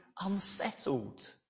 unsettled